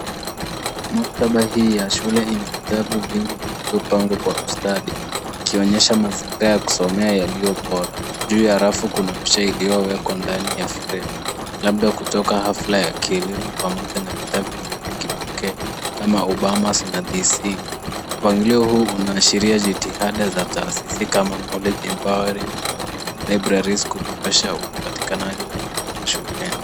Maktaba hii ya shule ina vitabu vingi vilivyopangwa kwa ustadi ikionyesha mazingira ya kusomea yaliyo bora. Juu ya rafu kuna picha iliyowekwa ndani ya frame labda kutoka hafla ya kielimu pamoja na vitabu vya kipekee kama Obamas na They Sing. Mpangilio huu unaadhishira jitihada za taasisi kama knowledge empowering youth libraries kuboresha upatikanaji wa maarifa shuleni.